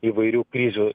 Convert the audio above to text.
įvairių krizių